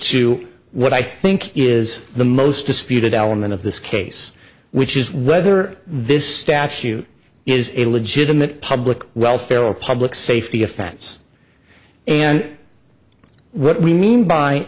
to what i think is the most disputed element of this case which is whether this statute is a legitimate public welfare or public safety offense and what we mean by